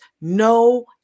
no